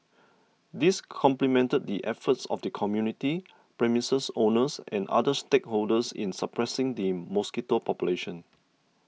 this complemented the efforts of the community premises owners and other stakeholders in suppressing the mosquito population